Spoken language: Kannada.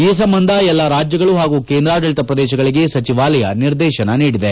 ಈ ಸಂಬಂಧ ಎಲ್ಲಾ ರಾಜ್ಯಗಳು ಹಾಗೂ ಕೇಂದ್ರಾಡಳಿತ ಪ್ರದೇಶಗಳಿಗೆ ಸಚಿವಾಲಯ ನಿರ್ದೇಶನ ನೀಡಿದೆ